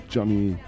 Johnny